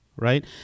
right